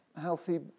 healthy